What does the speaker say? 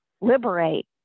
liberate